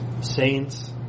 saints